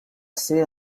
ser